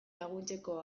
laguntzeko